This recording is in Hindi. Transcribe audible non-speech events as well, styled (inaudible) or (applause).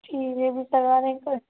ठीक है अभी करवा देंगे (unintelligible)